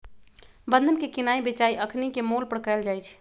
बन्धन के किनाइ बेचाई अखनीके मोल पर कएल जाइ छइ